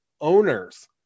owners